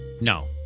no